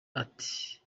ati